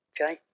Okay